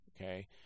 okay